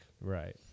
Right